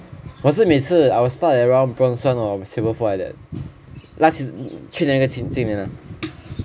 我是每次 I'll start at around bronze one or silver four like that last sea~ 去年跟今年 lah